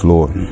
Lord